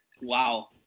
Wow